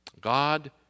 God